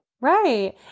Right